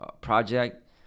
project